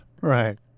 Right